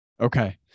Okay